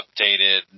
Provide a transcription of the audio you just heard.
updated